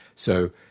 so,